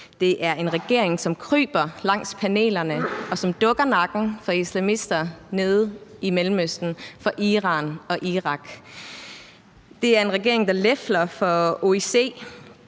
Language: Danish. Det er en regering, som kryber langs panelerne, og som dukker nakken for islamister nede i Mellemøsten, for Iran og Irak. Det er en regering, der lefler for OIC,